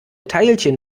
teilchen